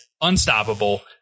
unstoppable